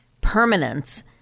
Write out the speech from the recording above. permanence